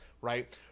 right